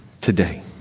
today